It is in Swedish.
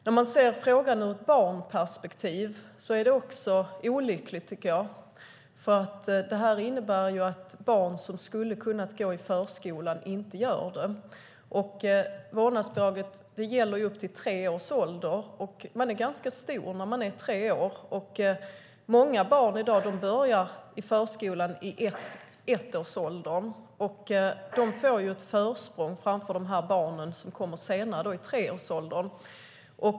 När man tittar på frågan ur ett barnperspektiv är det också olyckligt, tycker jag, eftersom det innebär att barn som skulle ha kunnat gå i förskolan inte gör det. Vårdnadsbidraget gäller för barn upp till tre år, och man är ganska stor när man är tre år. Många barn börjar i dag i förskolan i ettårsåldern. De får ett försprång framför de barn som kommer i treårsåldern.